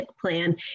Plan